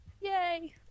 Yay